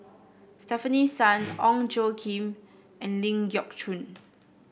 Stefanie Sun Ong Tjoe Kim and Ling Geok Choon